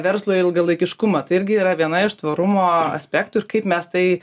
verslo ilgalaikiškumą tai irgi yra viena iš tvarumo aspektų ir kaip mes tai